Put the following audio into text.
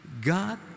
God